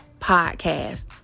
Podcast